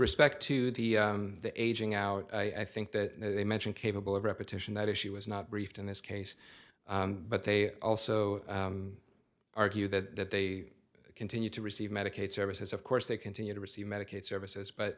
respect to the the aging out i think that they mention capable of repetition that is she was not briefed in this case but they also argue that they continue to receive medicaid services of course they continue to receive medicaid services but